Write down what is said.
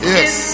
Yes